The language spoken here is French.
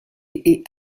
est